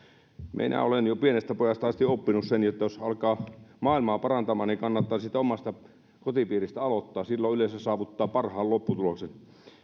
minä olen jo pienestä pojasta asti oppinut sen että jos alkaa maailmaa parantamaan niin kannattaa siitä omasta kotipiiristä aloittaa silloin yleensä saavuttaa parhaan lopputuloksen